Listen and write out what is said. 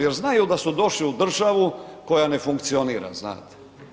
Jer znaju da su došli u državu koja ne funkcionira, znate.